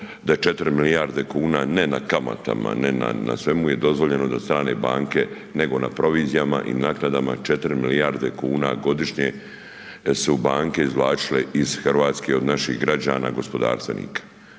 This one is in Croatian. je 4 milijarde kuna, ne na kamatama, ne na, na svemu je dozvoljeno da strane banke, nego na provizijama i naknadama 4 milijarde kuna godišnje su banke izvlačile iz RH, od naših građana gospodarstvenika.